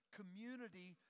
community